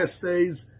days